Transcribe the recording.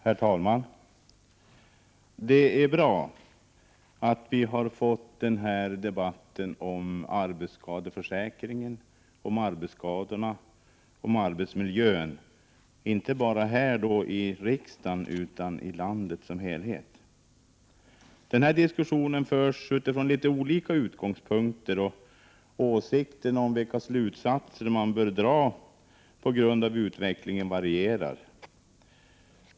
Herr talman! Det är bra att vi har fått den här debatten om arbetsskadeförsäkringen, om arbetsskadorna och om arbetsmiljön, inte bara här i riksdagen utan i landet som helhet. Diskussionen förs utifrån olika utgångspunkter, och åsikterna om vilka slutsatser som bör dras på grund av utvecklingen varierar.